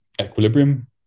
equilibrium